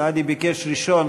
סעדי ביקש ראשון,